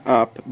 up